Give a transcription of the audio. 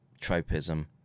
tropism